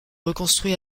reconstruit